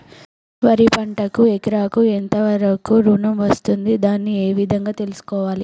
వరి పంటకు ఎకరాకు ఎంత వరకు ఋణం వస్తుంది దాన్ని ఏ విధంగా తెలుసుకోవాలి?